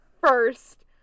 first